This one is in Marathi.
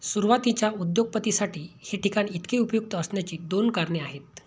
सुरुवातीच्या उद्योगपतींसाठी हे ठिकाण इतके उपयुक्त असण्याची दोन कारणे आहेत